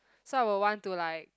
so I will want to like